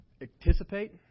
anticipate